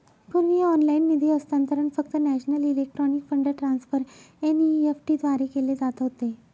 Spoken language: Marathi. पूर्वी ऑनलाइन निधी हस्तांतरण फक्त national electronic fund transfer NEFT द्वारे केले जात होते